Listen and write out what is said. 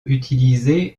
utilisé